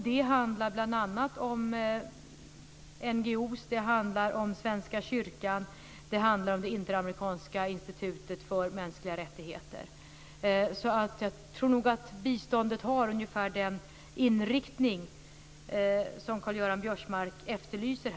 Det handlar bl.a. om NGO:er, om Jag tror nog att biståndet har ungefär den inriktning som Karl-Göran Biörsmark efterlyser.